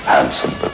Handsome